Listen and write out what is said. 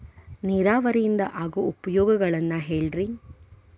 ನೇರಾವರಿಯಿಂದ ಆಗೋ ಉಪಯೋಗಗಳನ್ನು ಹೇಳ್ರಿ